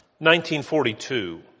1942